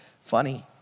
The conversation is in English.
Funny